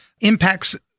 impacts